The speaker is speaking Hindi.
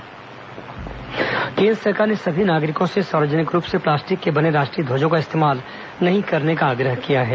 प्लास्टिक ध्वज रोक केन्द्र सरकार ने सभी नागरिकों से सार्वजनिक रूप से प्लास्टिक के बने राष्ट्रीय ध्वजों का इस्तेमाल नहीं करने का आग्रह किया है